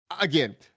Again